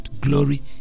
glory